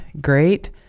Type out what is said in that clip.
Great